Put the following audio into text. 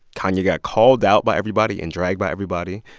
kanye got called out by everybody and dragged by everybody.